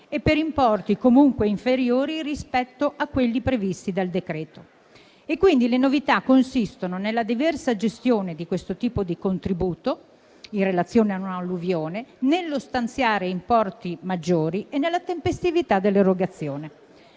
e per importi comunque inferiori rispetto a quelli previsti dal decreto e quindi le novità consistono nella diversa gestione di questo tipo di contributo in relazione ad un'alluvione, nello stanziare importi maggiori e nella tempestività dell'erogazione.